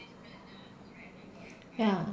ya